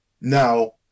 Now